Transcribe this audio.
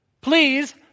Please